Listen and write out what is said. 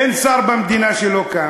אין שר במדינה שלא קם,